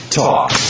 talk